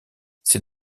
c’est